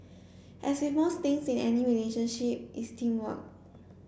as with most things in any relationship it's teamwork